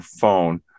phone